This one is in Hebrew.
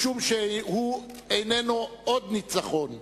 משום שהוא איננו עוד ניצחון,